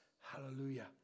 Hallelujah